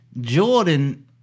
Jordan